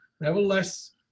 Nevertheless